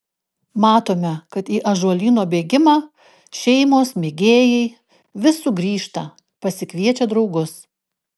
matome kad į ąžuolyno bėgimą šeimos mėgėjai vis sugrįžta pasikviečia draugus